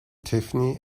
tiffany